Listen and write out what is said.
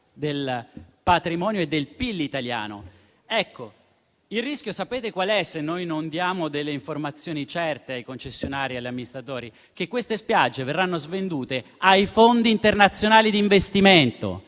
del patrimonio e del PIL italiano. Il rischio sapete qual è, se non diamo informazioni certe ai concessionari e agli amministratori? Che queste spiagge verranno svendute ai fondi internazionali di investimento.